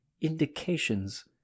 indications